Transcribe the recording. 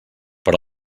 per